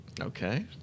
Okay